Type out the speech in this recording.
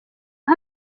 aha